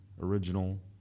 original